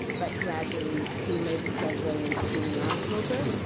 but gradually, he made the segue into being a non-smoker.